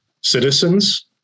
citizens